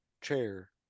chair